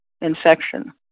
infection